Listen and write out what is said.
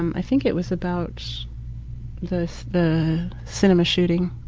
um i think it was about the the cinema shooting